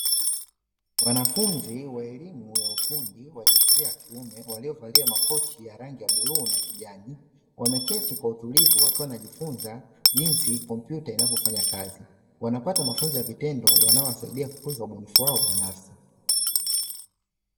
Wanafunzi wa elimu ya ufundi wa jinsia ya kiume waliovalia makoti ya rangi ya bluu na kijani, wameketi kwa utulivu wakiwa wanajifunza jinsi kompyuta inavofanya kazi. Wanapata mafunzo ya vitendo yanaowasaidia kukuza ubunifu wao binafsi.